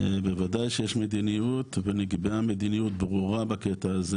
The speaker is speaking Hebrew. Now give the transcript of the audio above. בוודאי שיש מדיניות ונקבעה מדיניות ברורה בקטע הזה